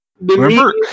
Remember